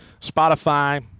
Spotify